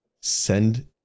Send